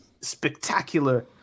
spectacular